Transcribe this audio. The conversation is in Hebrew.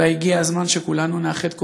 אולי הגיע הזמן שכולנו נאחד כוחות,